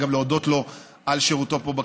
וגם להודות לו על שירותו פה,